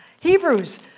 Hebrews